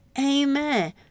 Amen